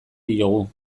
diogu